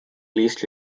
least